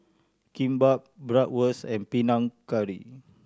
Kimbap Bratwurst and Panang Curry